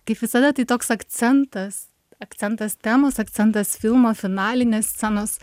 kaip visada tai toks akcentas akcentas temos akcentas filmo finalinės scenos